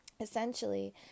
essentially